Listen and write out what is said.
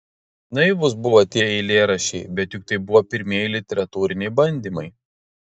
naivūs buvo tie eilėraščiai bet juk tai buvo pirmieji literatūriniai bandymai